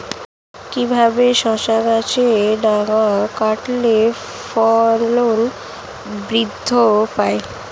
কিভাবে শসা গাছের ডগা কাটলে ফলন বৃদ্ধি পায়?